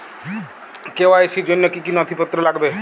KYC র জন্য কি কি নথিপত্র লাগবে?